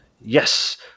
Yes